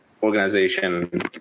organization